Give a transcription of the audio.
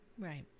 Right